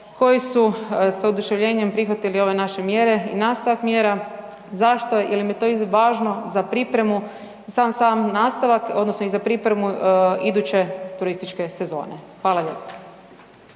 koji su s oduševljenjem prihvatili ove naše mjere i nastavak mjera. Zašto? Jel im je to i važno za pripremu, za sam nastavak odnosno i za pripremu iduće turističke sezone. Hvala lijepo.